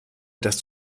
dass